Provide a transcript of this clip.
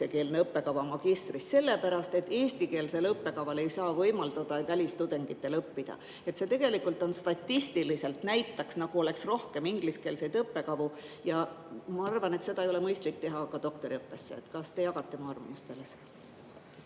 ingliskeelne magistriõppekava, sellepärast et eestikeelsel õppekaval ei saa võimaldada välistudengitel õppida. See tegelikult statistiliselt näitab, nagu oleks rohkem ingliskeelseid õppekavu. Ma arvan, et seda ei ole mõistlik teha ka doktoriõppes. Kas te jagate mu arvamust?